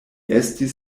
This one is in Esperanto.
estis